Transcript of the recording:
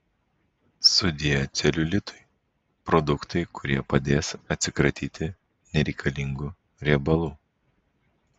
sudie celiulitui produktai kurie padės atsikratyti nereikalingų riebalų